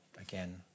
again